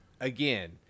Again